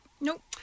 Nope